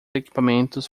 equipamentos